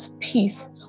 peace